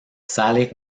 sale